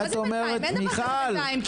אין דבר כזה בינתיים.